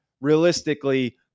realistically